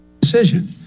Decision